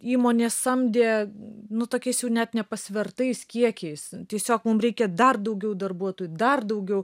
įmonės samdė nu tokiais jau net nepasvertais kiekiais tiesiog mum reikia dar daugiau darbuotojų dar daugiau